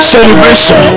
Celebration